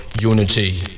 Unity